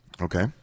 Okay